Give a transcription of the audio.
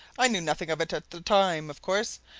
i knew nothing of it at the time, of course,